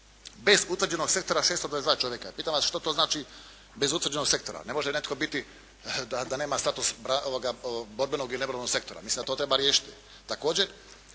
bez utvrđenog sektora 622 čovjeka. Pitam vas što to znači bez utvrđenog sektora? Ne može netko biti da nema status borbenog ili neborbenog sektora. Mislim da to treba riješiti.